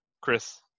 Chris